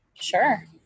sure